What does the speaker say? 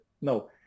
No